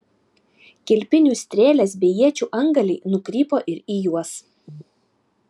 kilpinių strėlės bei iečių antgaliai nukrypo ir į juos